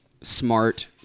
smart